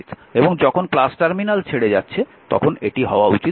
এবং যখন টার্মিনাল ছেড়ে যাচ্ছে তখন এটি হওয়া উচিত